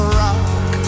rock